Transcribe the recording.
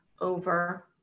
over